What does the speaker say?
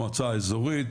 מועצה אזורית,